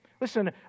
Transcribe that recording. Listen